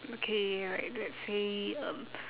okay right let's say um